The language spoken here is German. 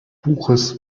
buches